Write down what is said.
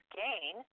gain